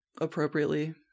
Appropriately